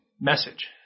message